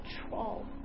control